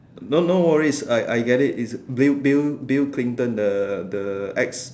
no no worries I I get it's bill bill Bill-Clinton the the ex